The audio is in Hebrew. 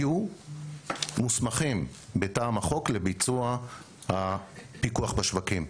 מוסמכים מטעם החוק לביצוע הפיקוח בשווקים.